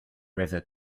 river